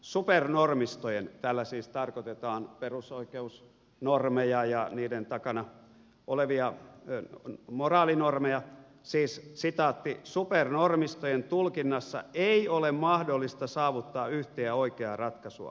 supernormistojen tällä siis tarkoitetaan perusoikeusnormeja ja niiden takana olevia moraalinormeja tulkinnassa ei ole mahdollista saavuttaa yhtä ja oikeaa ratkaisua